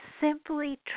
simply